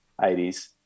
80s